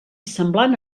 semblant